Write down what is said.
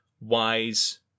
wise